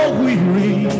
weary